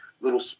little